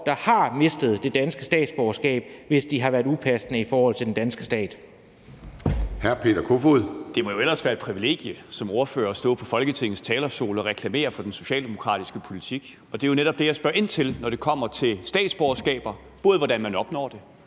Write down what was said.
der har mistet det danske statsborgerskab, hvis de har opført sig upassende i forhold til den danske stat.